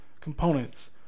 components